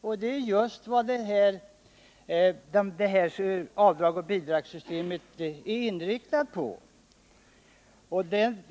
Men det är ju just vad avdragsoch bidragssystemet är inriktat på.